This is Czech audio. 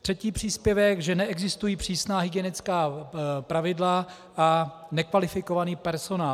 Třetí příspěvek, že neexistují přísná hygienická pravidla, a nekvalifikovaný personál.